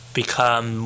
become